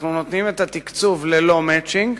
אנחנו נותנים את התקצוב ללא "מצ'ינג",